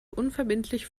unverbindlich